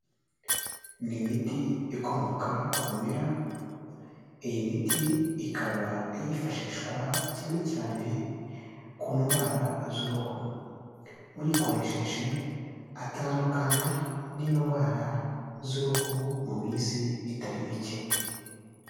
Ni imiti ikomoka ku bimera, iyi miti ikaba yifashishwa cyane cyane ku ndwara z'uruhu, uyikoresheje atandukana n'indwara z'uruhu mu minsi itari mike.